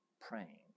praying